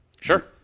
Sure